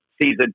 season